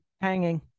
hanging